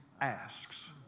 asks